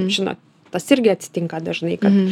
žino tas irgi atsitinka dažnai kad